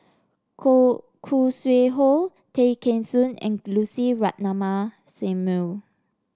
Khoo Khoo Sui Hoe Tay Kheng Soon and Lucy Ratnammah Samuel